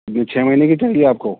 جی چھ مہینے کی چاہیے آپ کو